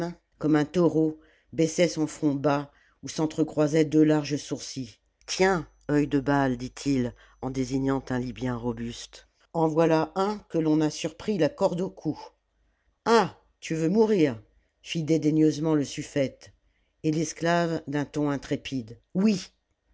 comme un taureau baissait son front bas où s'entre-croisaient deux laraes sourcils tiens œil de baal dit-il en désignant un libyen robuste en voilà un que l'on a surpris la corde au cou ah tu veux mourir fit dédaigneusement le suflfete et l'esclave d'un ton intrépide oui